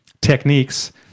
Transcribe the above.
techniques